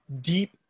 deep